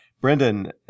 Brendan